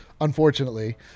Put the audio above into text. Unfortunately